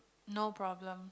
no problem